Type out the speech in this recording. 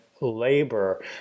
labor